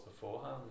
beforehand